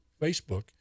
Facebook